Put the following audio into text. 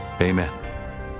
Amen